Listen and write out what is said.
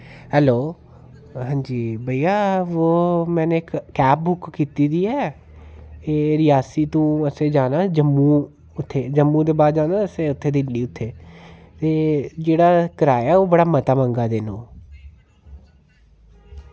hello हां जी भैया वो मैने इक कैब बुक कीती दी ऐ एह् रियासी टू असें जाना जम्मू उत्थें जम्मू दे बाद जाना असें दिल्ली उत्थें ते जेह्ड़ा एह् कराया ओह् बड़ा मता मंगा दे न ओह्